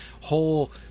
whole